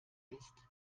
ist